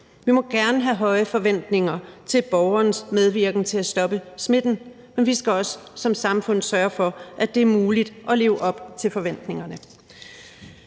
Vi må gerne have høje forventninger til borgerens medvirken til at stoppe smitten, men vi skal også som samfund sørge for, at det er muligt at leve op til forventningerne.